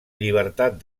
llibertat